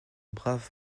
brave